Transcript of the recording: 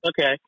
Okay